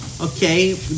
Okay